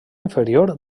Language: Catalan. inferior